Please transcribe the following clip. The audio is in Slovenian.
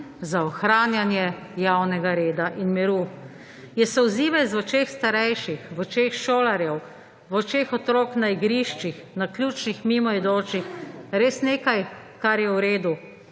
za ohranjanje javnega reda in miru. Ali je solzivec v očeh starejših, v očeh šolarjev, v očeh otrok na igriščih, naključnih mimoidočih res nekaj, kar je v redu?